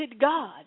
God